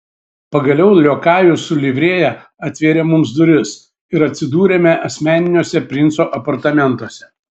pagaliau liokajus su livrėja atvėrė mums duris ir atsidūrėme asmeniniuose princo apartamentuose